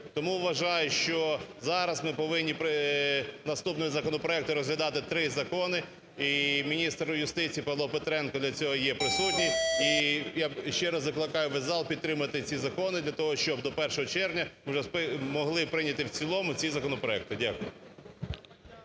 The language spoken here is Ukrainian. Тому вважаю, що зараз ми повинні наступні законопроекти розглядати, три законі. І міністр юстиції Павло Петренко для цього є присутній. І я ще раз закликаю весь зал підтримати ці закони, для того, щоб до 1 червня ми могли прийняти в цілому ці законопроекти. Дякую.